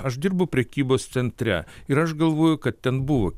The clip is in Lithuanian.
aš dirbu prekybos centre ir aš galvojau kad ten buvo